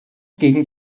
gegen